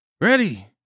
Ready